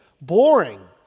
boring